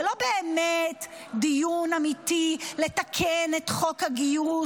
זה לא באמת דיון אמיתי לתקן את חוק הגיוס